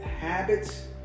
habits